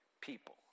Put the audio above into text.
people